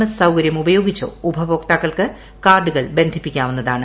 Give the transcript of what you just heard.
S സൌകര്യം ഉപയോഗിച്ചോ ഉപഭോക്താക്കൾക്ക് കാർഡുകൾ ബന്ധിപ്പിക്കാവുന്നതാണ്